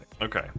okay